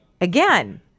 Again